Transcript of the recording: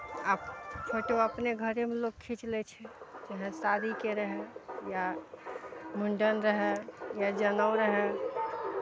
photo अपने घरेमे लोक खीच लै छै जएह शादीके रहय या मुण्डन रहय या जनेउ रहै